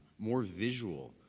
more visual,